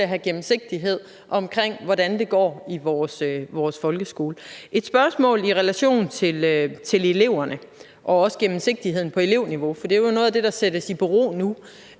at have gennemsigtighed omkring, hvordan det går i vores folkeskole. Jeg har et spørgsmål i relation til eleverne og også gennemsigtigheden på elevniveau, for det er jo noget af det, der sættes i bero nu,